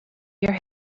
your